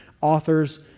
authors